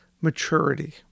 maturity